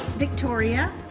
victoria?